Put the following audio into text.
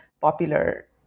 popular